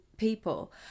People